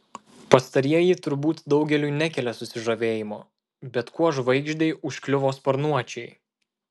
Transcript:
pastarieji turbūt daugeliui nekelia susižavėjimo bet kuo žvaigždei užkliuvo sparnuočiai